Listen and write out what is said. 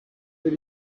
that